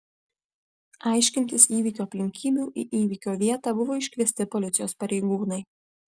aiškintis įvykio aplinkybių į įvykio vietą buvo iškviesti policijos pareigūnai